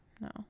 no